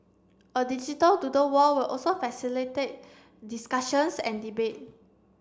a digital doodle wall will also facilitate discussions and debate